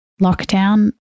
lockdown